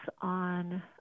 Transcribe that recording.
on